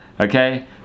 okay